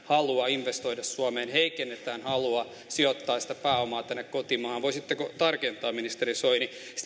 halua investoida suomeen heikennetään halua sijoittaa sitä pääomaa tänne kotimaahan voisitteko tarkentaa ministeri soini sitten